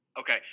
Okay